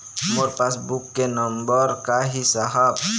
मोर passbook के number का ही साहब?